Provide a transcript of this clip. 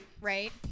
right